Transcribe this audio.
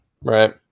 Right